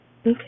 Okay